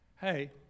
hey